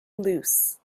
loose